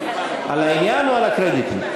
על העניין או על הקרדיט?